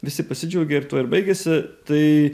visi pasidžiaugia tuo ir baigiasi tai